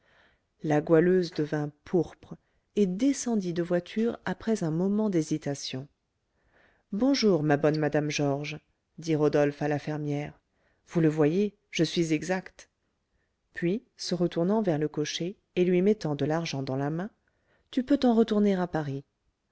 la goualeuse devint pourpre et descendit de voiture après un moment d'hésitation bonjour ma bonne madame georges dit rodolphe à la fermière vous le voyez je suis exact puis se retournant vers le cocher et lui mettant de l'argent dans la main tu peux t'en retourner à paris